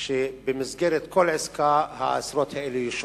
שבמסגרת כל עסקה האסירות האלה ישוחררו.